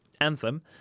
Anthem